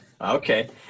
Okay